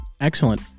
Excellent